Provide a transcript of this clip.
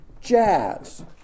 Jazz